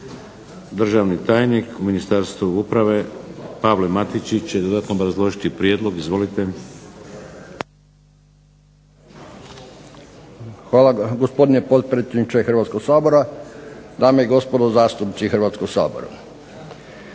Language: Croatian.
Državni tajnik u Ministarstvu upravu, Pavle Matičić, će dodatno obrazložiti prijedlog. Izvolite. **Matičić, Pavao** Hvala gospodine potpredsjedniče Hrvatskog sabora, dame i gospodo zastupnici Hrvatskog sabora.